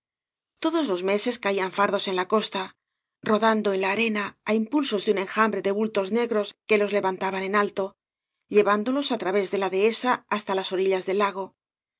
todos los meses caían fardos en la costa rodando en la arena á impulsos de un enjambre de bultos negros que los levantaban en alto llevándolos á través de la dehesa hasta las orillas del lago